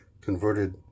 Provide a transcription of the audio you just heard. converted